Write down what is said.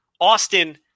Austin